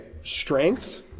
strengths